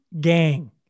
Gang